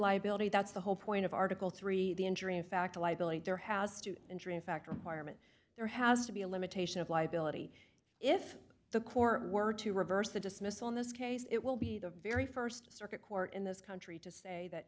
liability that's the whole point of article three the injury in fact a liability there has to injury in fact requirement there has to be a limitation of liability if the court were to reverse the dismissal in this case it will be the very st circuit court in this country to say that